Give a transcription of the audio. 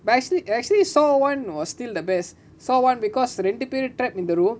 but actually actually saw one was still the best saw one because ரெண்டுபேரு:renduperu trapped in the room